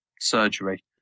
surgery